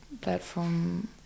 platform